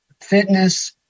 fitness